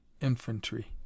infantry